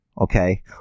Okay